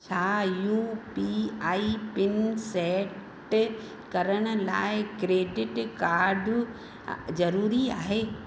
छा U P I PIN set करण लाइ क्रेडिट कार्ड ज़रूरी आहे